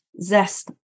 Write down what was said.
Zest